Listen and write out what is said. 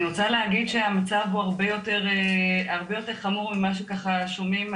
אני רוצה להגיד שהמצב הוא הרבה יותר חמור ממה שככה שומעים.